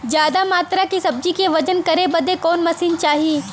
ज्यादा मात्रा के सब्जी के वजन करे बदे कवन मशीन चाही?